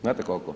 Znate kolko?